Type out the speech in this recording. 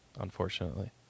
Unfortunately